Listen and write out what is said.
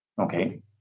Okay